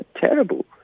terrible